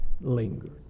lingered